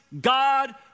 God